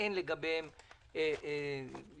שאין לגביהם אישור,